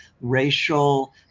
racial